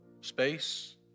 space